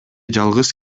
жалгыз